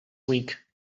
week